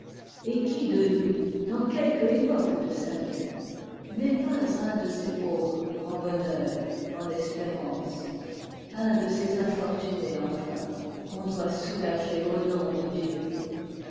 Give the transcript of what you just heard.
et qui de nous dans quelque époque de sa vie n'est pas un de ces pauvres en bonheur en espérances un de ces infortunés enfin qu'on doit soulager au nom de dieu